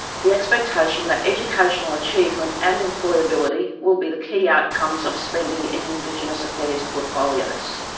the expectation that educational achievement and employability will be the key outcomes of spending in indigenous affairs portfolios.